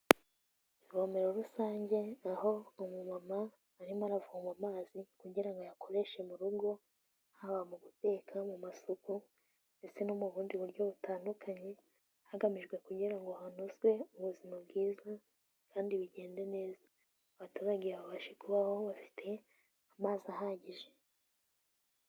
Ivomero rusange, aho umumama arimo aravoma amazi kugira ngo ayakoreshe mu rugo, haba mu guteka, mu masuku ndetse no mu bundi buryo butandukanye, hagamijwe kugira ngo hanozwe ubuzima bwiza kandi bigende neza. Abaturage babashe kubaho bafite amazi ahagije.